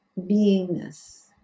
beingness